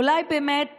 אולי באמת